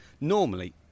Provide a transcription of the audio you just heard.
Normally